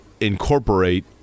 incorporate